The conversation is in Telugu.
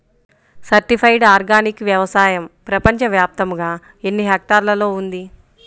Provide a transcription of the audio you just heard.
సర్టిఫైడ్ ఆర్గానిక్ వ్యవసాయం ప్రపంచ వ్యాప్తముగా ఎన్నిహెక్టర్లలో ఉంది?